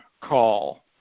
call